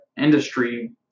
industry